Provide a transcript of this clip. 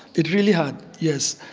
it really had, yes,